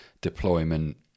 deployment